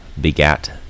begat